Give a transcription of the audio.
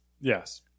Yes